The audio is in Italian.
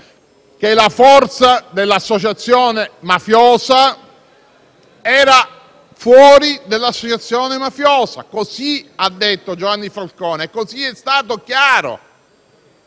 che la forza dell'associazione mafiosa era fuori di essa. Così ha detto Giovanni Falcone e così è stato chiaro.